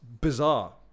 bizarre